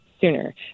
sooner